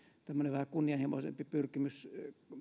tämmöinen vähän kunnianhimoisempi pyrkimys